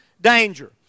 danger